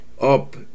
up